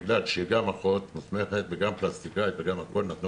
בגלל שהיא גם אחות מוסמכת וגם פלסטיקאית וגם הכול נתנו